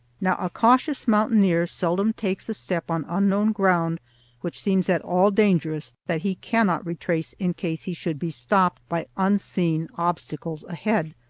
now, a cautious mountaineer seldom takes a step on unknown ground which seems at all dangerous that he cannot retrace in case he should be stopped by unseen obstacles ahead.